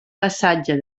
passatge